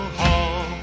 hall